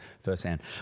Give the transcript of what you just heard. firsthand